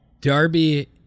Darby